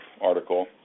article